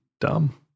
dumb